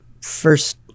first